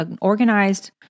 organized